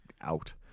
out